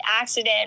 accident